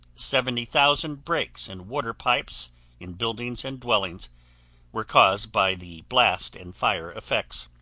seventy thousand breaks in water pipes in buildings and dwellings were caused by the blast and fire effects.